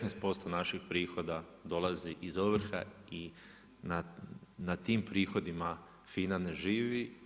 19% naših prihoda dolazi iz ovrha i na tim prihodima FINA ne živi.